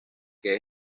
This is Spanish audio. que